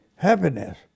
Happiness